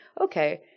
Okay